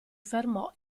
fermò